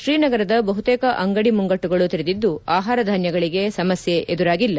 ಶ್ರೀನಗರದ ಬಹುತೇಕ ಅಂಗಡಿ ಮುಂಗಟ್ಟುಗಳು ತೆರೆದಿದ್ದು ಆಹಾರ ಧಾನ್ಯಗಳಿಗೆ ಸಮಸ್ಕೆ ಎದುರಾಗಿಲ್ಲ